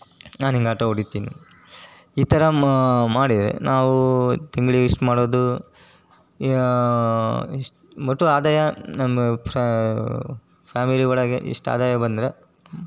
ನಾನು ಹಿಂಗೆ ಆಟೋ ಹೊಡೀತೀನಿ ಈ ಥರ ಮಾಡಿದ್ರೆ ನಾವು ತಿಂಗ್ಳಿಗೆ ಇಷ್ಟು ಮಾಡೋದು ಇಷ್ಟು ಒಟ್ಟು ಆದಾಯ ನಮ್ಮ ಫ್ಯಾಮಿಲಿ ಒಳಗೆ ಇಷ್ಟು ಆದಾಯ ಬಂದರೆ